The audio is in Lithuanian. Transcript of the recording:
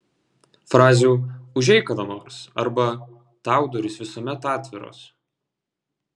frazių užeik kada nors arba tau durys visuomet atviros